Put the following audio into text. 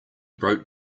wrote